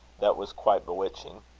that was quite bewitching.